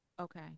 Okay